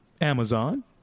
Amazon